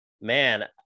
man